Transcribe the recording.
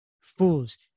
fools